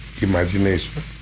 imagination